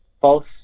false